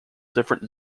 different